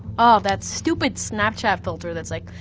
oh, that's stupid snapchat filter that's like,